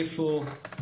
איפה.